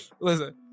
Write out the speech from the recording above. listen